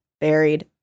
buried